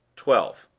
twelve.